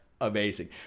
amazing